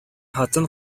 хатын